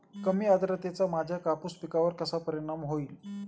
कमी आर्द्रतेचा माझ्या कापूस पिकावर कसा परिणाम होईल?